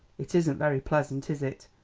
it isn't very pleasant, is it?